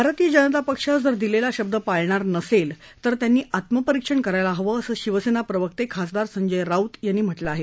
भारतीय जनता पक्ष जर दिलेला शब्द पाळणार नसेल तर त्यांनी आत्मपरीक्षण करायला हवं असं शिवसेना प्रवक्ते खासदार संजय राऊत यांनी म्हटलं आहे